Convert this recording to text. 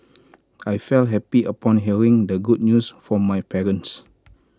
I felt happy upon hearing the good news from my parents